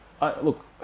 look